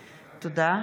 תודה.